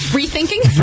rethinking